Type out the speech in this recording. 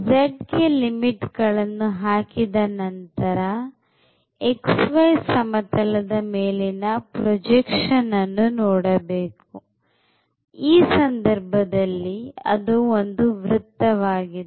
Z ಗೆ limit ಗಳನ್ನು ಹಾಕಿದ ನಂತರ xy ಸಮತಲದ ಮೇಲಿನ ಪ್ರೊಜೆಕ್ಷನ್ ಅನ್ನು ನೋಡಬೇಕು ಈ ಸಂದರ್ಭದಲ್ಲಿ ಅದು ಒಂದು ವೃತ್ತವಾಗಿದೆ